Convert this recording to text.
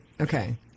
Okay